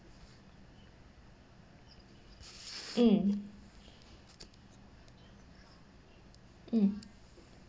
mm mm